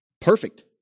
perfect